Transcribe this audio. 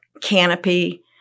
canopy